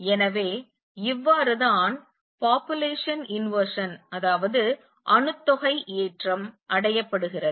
எனவே இவ்வாறுதான் அணுத்தொகை ஏற்றம் population inversion அடையப்படுகிறது